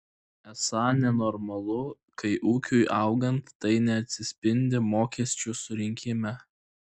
esą nenormalu kai ūkiui augant tai neatsispindi mokesčių surinkime